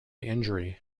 injury